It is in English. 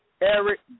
Eric